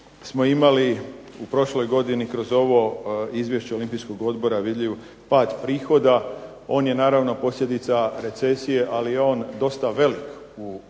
smo imali u prošloj godini kroz ovo Izvješće Olimpijskog odbora vidljiv pad prihoda. On je naravno posljedica recesija, ali je on dosta velik u prihodima